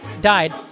Died